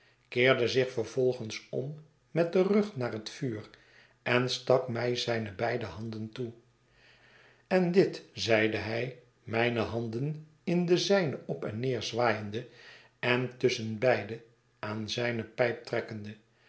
keerde zich vervolgens om met den rug naar het vuur en stak mij zijne beide handen toe en dit zeide hij mijne handen in de zijne op en neer zwaaiende en tusschenbeide aan zijne pijp trekkende